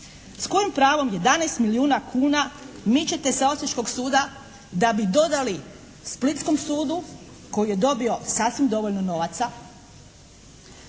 S kojim pravom 11 milijuna kuna mičete sa osječkog suda da bi dodali splitskom sudu koji je dobio sasvim dovoljno novaca?